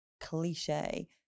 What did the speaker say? cliche